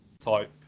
Type